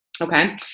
okay